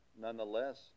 nonetheless